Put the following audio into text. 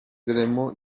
éléments